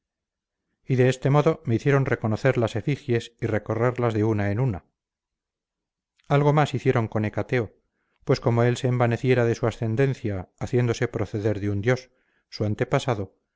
y de este modo me hicieron reconocer las efigies y recorrerlas de una en una algo más hicieron con hecateo pues como él se envaneciera de su ascendencia haciéndose proceder de un dios su